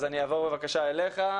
אז אני אעבור בבקשה אליך.